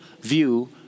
view